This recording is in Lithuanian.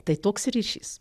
tai toks ir ryšys